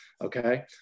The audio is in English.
okay